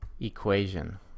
equation